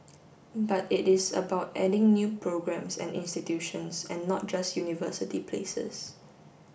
but it is about adding new programmes and institutions and not just university places